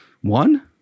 One